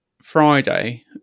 Friday